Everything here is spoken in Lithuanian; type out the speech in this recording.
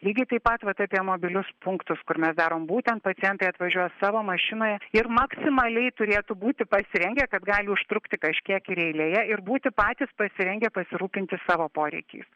lygiai taip pat vat apie mobilius punktus kur mes darom būtent pacientai atvažiuos savo mašinoje ir maksimaliai turėtų būti pasirengę kad gali užtrukti kažkiek ir eilėje ir būti patys pasirengę pasirūpinti savo poreikiais